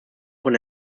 von